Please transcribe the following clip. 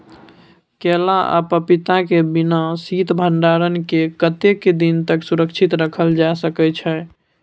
केला आ पपीता के बिना शीत भंडारण के कतेक दिन तक सुरक्षित रखल जा सकै छै?